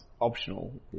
optional